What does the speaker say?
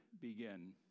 begin